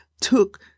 took